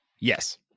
Yes